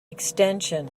extension